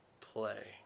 play